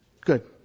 Good